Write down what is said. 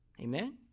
Amen